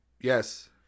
Yes